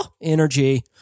Energy